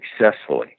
successfully